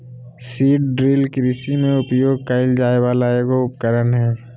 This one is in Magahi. सीड ड्रिल कृषि में उपयोग कइल जाय वला एगो उपकरण हइ